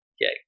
Yay